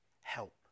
Help